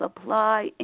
supply